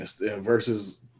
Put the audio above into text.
versus